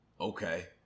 Okay